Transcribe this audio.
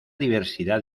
diversidad